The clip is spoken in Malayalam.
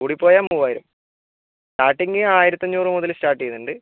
കൂടിപ്പോയാൽ മൂവായിരം സ്റ്റാർട്ടിങ്ങ് ആയിരത്തഞ്ഞൂറ് മുതൽ സ്റ്റാർട്ട് ചെയ്യുന്നുണ്ട്